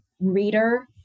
reader